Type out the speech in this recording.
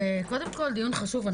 קודם כול, דיון חשוב.